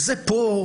זה פה,